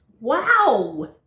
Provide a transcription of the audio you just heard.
Wow